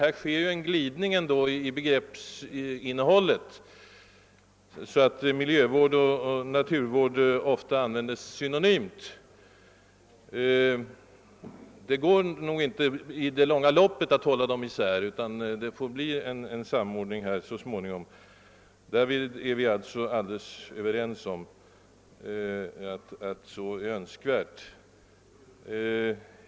Här sker ju ändå en glidning i begreppsinnehållet, så att miljövård och naturvård ofta användes synonymt. Det går nog inte att hålla dem isär i det långa loppet utan det bör bli ett slags sammansmältning av dessa begrepp så småningom. Vi är säkert överens om att detta också vore önskvärt.